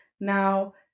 now